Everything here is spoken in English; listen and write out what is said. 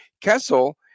Kessel